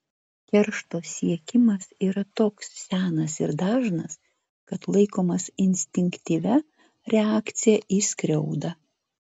keršto siekimas yra toks senas ir dažnas kad laikomas instinktyvia reakcija į skriaudą